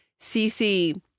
CC